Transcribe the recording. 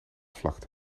vlakte